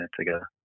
together